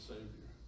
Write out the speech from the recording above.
Savior